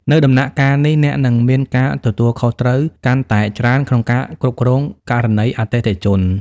នៅដំណាក់កាលនេះ អ្នកនឹងមានការទទួលខុសត្រូវកាន់តែច្រើនក្នុងការគ្រប់គ្រងករណីអតិថិជន។